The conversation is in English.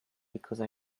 because